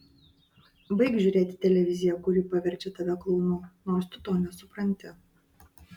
baik žiūrėti televiziją kuri paverčia tave klounu nors tu to nesupranti